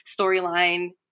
storyline